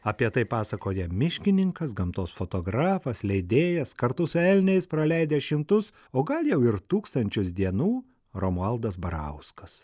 apie tai pasakoja miškininkas gamtos fotografas leidėjas kartu su elniais praleidęs šimtus o gal jau ir tūkstančius dienų romualdas barauskas